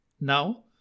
Now